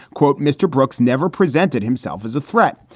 quote, mr. brooks never presented himself as a threat.